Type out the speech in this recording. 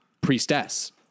Priestess